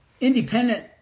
Independent